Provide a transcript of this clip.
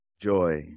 Joy